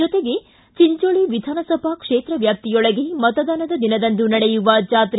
ಜೊತೆಗೆ ಚಿಂಚೋಳಿ ವಿಧಾನಸಭಾ ಕ್ಷೇತ್ರ ವ್ಯಾಪ್ತಿಯೊಳಗೆ ಮತದಾನದ ದಿನದಂದು ನಡೆಯುವ ಚಾತ್ರೆ